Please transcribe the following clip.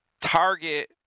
Target